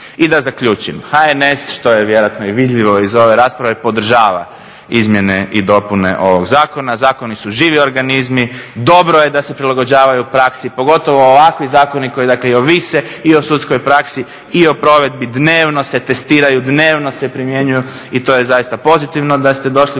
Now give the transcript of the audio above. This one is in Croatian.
I da zaključim, HNS što je vjerojatno vidljivo iz ove rasprave podržava izmjene i dopune ovog zakona. zakoni su živi organizmi, dobro je da se prilagođavaju praksi pogotovo ovakvi zakoni koji ovise i o sudskoj praksi i o provedbi, dnevno se testiraju, dnevno se primjenjuju. I to je pozitivno da ste došli